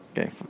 Okay